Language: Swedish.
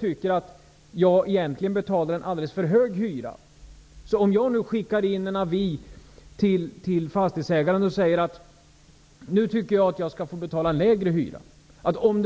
Jag tycker som hyresgäst att jag betalar en alldeles för hög hyra och skickar in en avi till fastighetsägaren och säger: Nu tycker jag att jag skall få betala en lägre hyra. Om